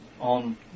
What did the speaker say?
on